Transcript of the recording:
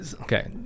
Okay